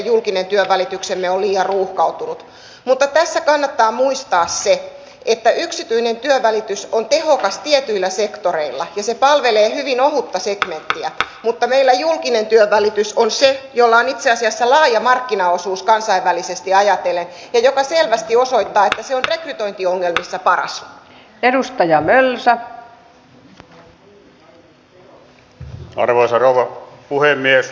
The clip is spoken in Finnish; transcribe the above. en tietenkään voi luvata mutta pidän ehdottomasti sitä selvittämisen arvoisena asiana kun sitä sosiaaliturvajärjestelmää lähdetään ja on jo lähdetty perkaamaan läpi voisiko siinä olla yksi semmoinen keino jolla me nimenomaan voimme silloin minimoida niitä vaikutuksia että ne eivät kohdistu semmoisella volyymilla silloin niihin tiettyihin ihmisryhmiin